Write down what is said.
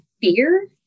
fear